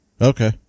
Okay